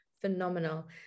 phenomenal